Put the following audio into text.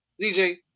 DJ